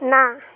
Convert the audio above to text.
ନା